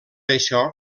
això